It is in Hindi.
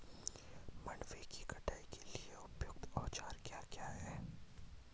मंडवे की कटाई के लिए उपयुक्त औज़ार क्या क्या हैं?